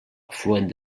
afluent